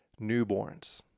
newborns